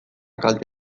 kalte